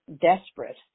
desperate